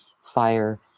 fire